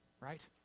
right